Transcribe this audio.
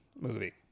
movie